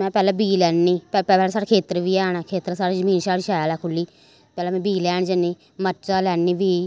में पैह्लें बीऽ लैन्नी पैह्लें साढ़े खेत्तर बी हैन खेत्तर साढ़ी जमीन शैल ऐ खुल्ली पैह्लें में बीऽ लैन जन्नी मरचां लैन्नी बीऽ